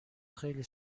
خیلی